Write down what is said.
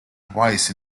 twice